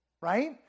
right